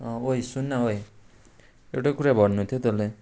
अँ ओए सुन् न ओए एउटा कुरो भन्नु थियो तँलाई